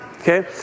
Okay